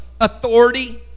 authority